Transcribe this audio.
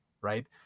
right